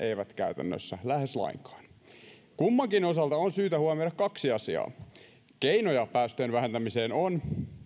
eivät käytännössä lähes lainkaan kummankin osalta on syytä huomioida kaksi asiaa keinoja päästöjen vähentämiseen on